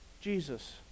Jesus